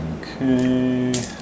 Okay